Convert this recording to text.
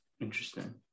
Interesting